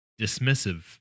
dismissive